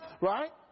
right